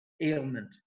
ailment